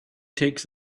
takes